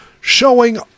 showing